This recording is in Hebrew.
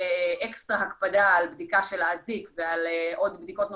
אקסטרה הקפדה על בדיקה של האזיק ועל בדיקות נוספות,